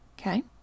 okay